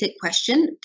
question